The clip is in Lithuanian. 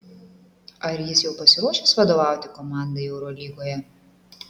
ar jis jau pasiruošęs vadovauti komandai eurolygoje